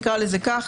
נקרא לזה כך.